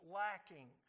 lacking